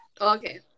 okay